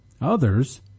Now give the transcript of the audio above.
Others